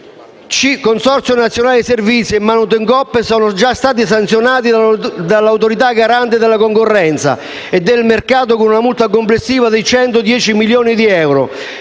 Il Consorzio nazionale servizi e Manutencoop sono già stati sanzionati dall'Autorità garante della concorrenza e del mercato con una multa complessiva di 110 milioni di euro